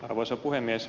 arvoisa puhemies